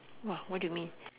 !wah! what do you mean